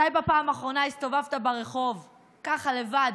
מתי בפעם האחרונה הסתובבת ברחוב ככה לבד,